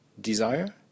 desire